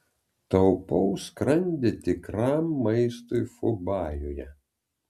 taupau skrandį tikram maistui fubajuje